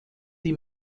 die